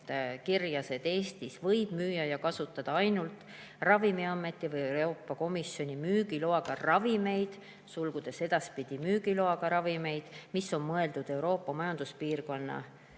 kirjas: "Eestis võib müüa ja kasutada ainult: Ravimiameti või Euroopa Komisjoni müügiloaga ravimeid (edaspidi müügiloaga ravim), mis on mõeldud Euroopa Majanduspiirkonnas